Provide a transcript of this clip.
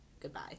Goodbye